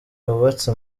wubatse